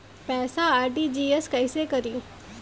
पैसा आर.टी.जी.एस कैसे करी?